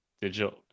digital